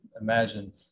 imagine